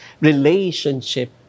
relationship